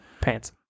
Pants